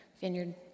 vineyard